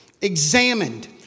Examined